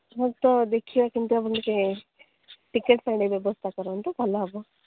ମୁଁ ତ ଦେଖିବା କେମିତିଆ ବୋଲିକି ଟିକେଟ୍ ପାଇଁ ଟିକେ ବ୍ୟବସ୍ଥା କରନ୍ତୁ ଭଲ ହେବ